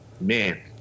Man